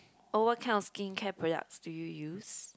oh what kind of skincare products do you use